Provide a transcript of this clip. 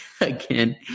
again